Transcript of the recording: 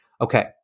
Okay